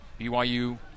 BYU